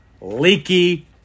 leaky